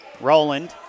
Roland